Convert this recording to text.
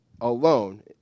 alone